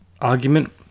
argument